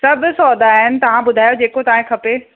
सभु सौदा आहिनि तव्हां ॿुधायो जेको तव्हांखे खपे